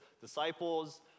disciples